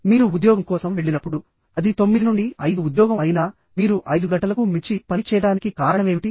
మీరు ఉద్యోగం కోసం వెళ్ళినప్పుడు అది 9 నుండి 5 ఉద్యోగం అయినా మీరు 5 గంటలకు మించి పని చేయడానికి కారణమేమిటి